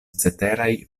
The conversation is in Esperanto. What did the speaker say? ceteraj